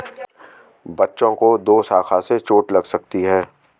बच्चों को दोशाखा से चोट लग सकती है